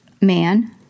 man